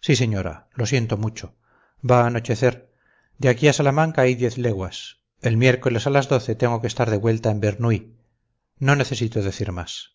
sí señora lo siento mucho va a anochecer de aquí a salamanca hay diez leguas el miércoles a las doce tengo que estar de vuelta en bernuy no necesito decir más